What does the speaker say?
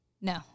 no